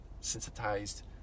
sensitized